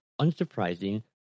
unsurprising